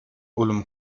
علوم